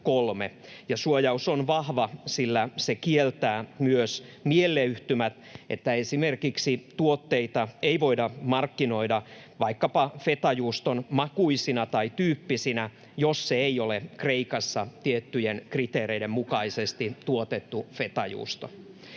Suojaus on vahva, sillä se kieltää myös mielleyhtymät, että esimerkiksi tuotetta ei voida markkinoida vaikkapa fetajuuston makuisena tai tyyppisenä, jos se ei ole Kreikassa tiettyjen kriteereiden mukaisesti tuotettu fetajuusto.